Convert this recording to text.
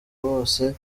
bose